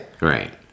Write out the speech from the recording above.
right